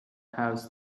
house